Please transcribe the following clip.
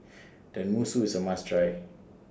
Tenmusu IS A must Try